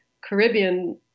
Caribbean